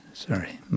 Sorry